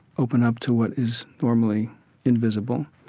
open up to what is normally invisible,